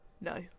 no